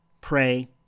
Pray